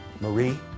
Marie